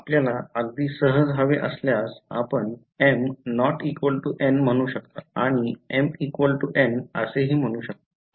आपल्याला अगदी सहज हवे असल्यास आपण m n म्हणू शकता आणि mn असे हि म्हणू शकता